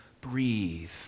breathe